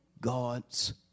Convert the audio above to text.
God's